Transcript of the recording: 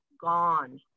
gone